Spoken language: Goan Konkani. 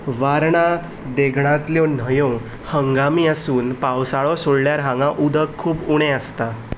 वारणा देगणांतल्यो न्हंयो हंगामी आसून पावसाळो सोडल्यार हांगां उदक खूब उणें आसता